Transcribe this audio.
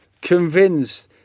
convinced